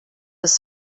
was